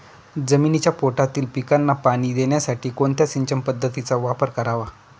जमिनीच्या पोटातील पिकांना पाणी देण्यासाठी कोणत्या सिंचन पद्धतीचा वापर करावा?